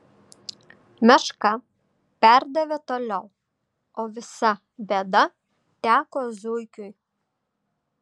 meška perdavė toliau o visa bėda teko zuikiui